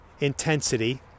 intensity